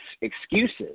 excuses